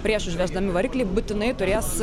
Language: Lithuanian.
prieš užvesdami variklį būtinai turės